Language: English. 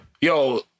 Yo